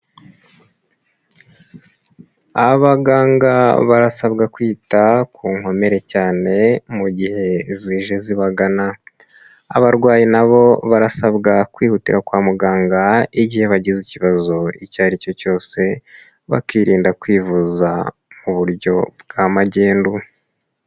Abaganga barasabwa kwita ku nkomere cyane mu gihe zije zibagana, abarwayi nabo barasabwa kwihutira kwa muganga igihe bagize ikibazo icyo ari cyo cyose, bakirinda kwivuza mu buryo bwa magendu.